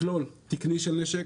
מכלול תקני של נשק.